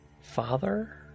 Father